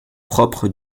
propres